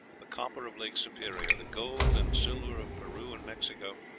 the copper of lake superior, the gold and silver of peru and mexico,